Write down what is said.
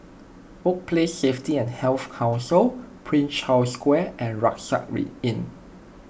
Workplace Safety and Health Council Prince Charles Square and Rucksack Inn